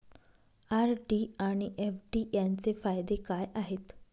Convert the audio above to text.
RD आणि FD यांचे फायदे काय आहेत?